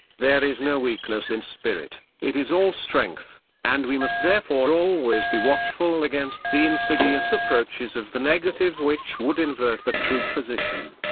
there is no weakness in spirit, it is all strength and we must therefore always be watchful against the insidious approaches of the negative which would invert the true position.